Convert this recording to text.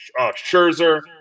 Scherzer